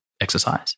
exercise